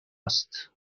است